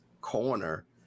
corner